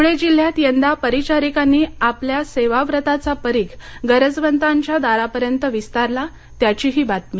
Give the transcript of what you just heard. ध्रळे जिल्ह्यात यंदा परिचारिकांनी आपला सेवाव्रताचा परिघ गरजवंतांच्या दारापर्यंत विस्तारला त्याची ही बातमी